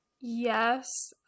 Yes